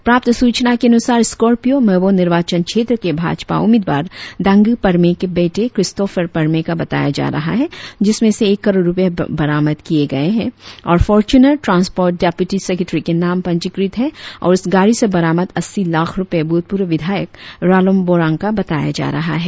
प्राप्त सूचना के अनुसार स्कोरपियों मेबो निर्वाचन क्षेत्र के भाजपा उम्मीदवार दांगी पार्मे के बेटे क्रिस्टोफर पार्मे का बताया जा रहा है जिसमें से एक करोड़ रुपए बरामद किए गए और फोर्चुनर ट्रांसपोर्ट डेप्यूटी सेक्रेटेरी के नाम पंजीकृत है और उस गाड़ी से बरामद अस्सी लाख रुपए भूतपूर्व विधायक रालोम बोरांग का बताया जा रहा है